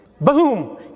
Boom